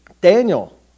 Daniel